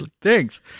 thanks